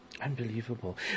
Unbelievable